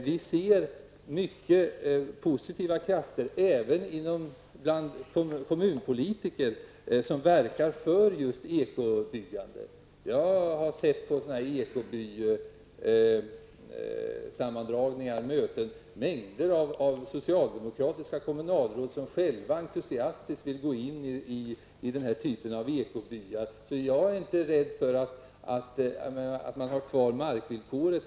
Vi ser många positiva krafter även bland kommunalpolitiker, som verkar för just ekobyggandet. Jag har på ekobymöten träffat mängder av socialdemokratiska kommunalråd, som själva med entusiasm vill gå in i den här typen av ekobyar. Jag är därför inte rädd för att man har kvar markvillkoret.